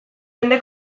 jende